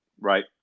Right